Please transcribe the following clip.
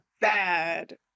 bad